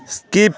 skip